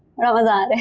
rather than